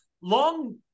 long